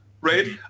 right